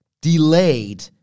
delayed